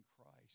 Christ